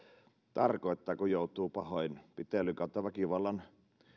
tarkoittaa kun joutuu pahoinpitelyn tai väkivallan